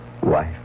Wife